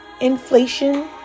inflation